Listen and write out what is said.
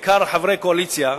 בעיקר חברי קואליציה,